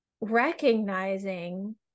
recognizing